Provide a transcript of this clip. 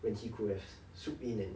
when he could have swooped in and